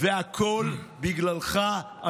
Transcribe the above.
והכול בגללך,